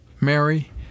Mary